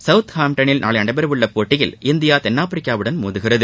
சௌத்ஹாம்டனில் நாளை நடைபெறவுள்ள போட்டியில் இந்தியா தென்னாப்பிரிக்காவுடன் மோதுகிறது